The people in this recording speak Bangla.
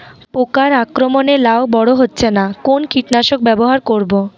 পোকার আক্রমণ এ লাউ বড় হচ্ছে না কোন কীটনাশক ব্যবহার করব?